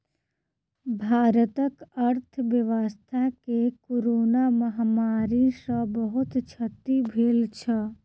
भारतक अर्थव्यवस्था के कोरोना महामारी सॅ बहुत क्षति भेल छल